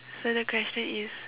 so the question is